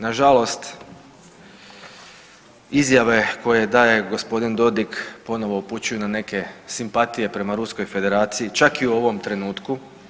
Na žalost izjave koje daje gospodin Dodik ponovo upućuje na neke simpatije prema Ruskoj federaciji čak i u ovom trenutku.